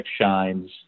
shines